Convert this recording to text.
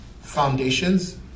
foundations